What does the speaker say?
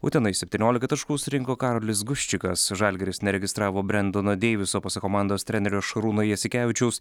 utenai septyniolika taškų surinko karolis guščikas žalgiris neregistravo brendono deiviso pasak komandos trenerio šarūno jasikevičiaus